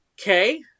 Okay